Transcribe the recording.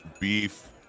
beef